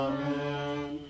Amen